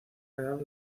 real